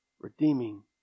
redeeming